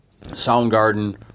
Soundgarden